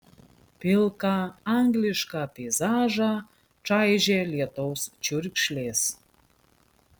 pilką anglišką peizažą čaižė lietaus čiurkšlės